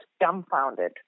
dumbfounded